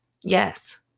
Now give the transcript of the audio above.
Yes